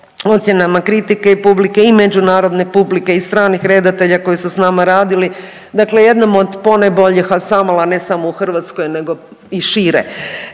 ocjenama i kritike i publike i međunarodne publike i stranih redatelja koji su s nama radili dakle jednom od ponajboljih ansambala ne samo u Hrvatskoj i šire